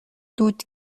دود